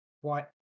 White